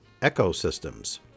ecosystems